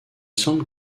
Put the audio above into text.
semble